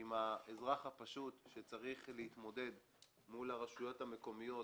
עם האזרח הפשוט שצריך להתמודד מול הרשויות המקומיות